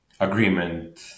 agreement